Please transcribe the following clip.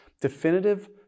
definitive